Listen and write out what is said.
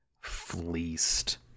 fleeced